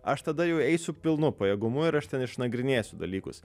aš tada jau eisiu pilnu pajėgumu ir aš ten išnagrinėsiu dalykus